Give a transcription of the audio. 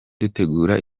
dutegura